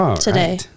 today